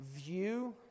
view